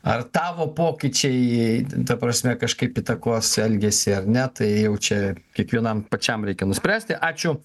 ar tavo pokyčiai ta prasme kažkaip įtakos elgesį ar ne tai jau čia kiekvienam pačiam reikia nuspręsti ačiū